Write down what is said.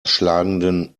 schlagenden